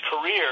career